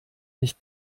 nicht